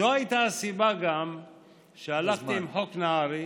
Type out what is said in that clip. זו גם הייתה הסיבה שהלכתי עם חוק נהרי,